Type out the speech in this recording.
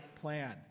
plan